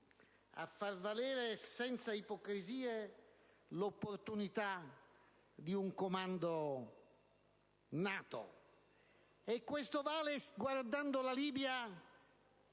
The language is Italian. far valere, senza ipocrisie, l'opportunità di un comando NATO. Questo vale guardando la Libia,